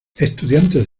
estudiantes